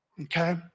Okay